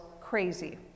crazy